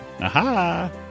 Aha